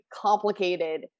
complicated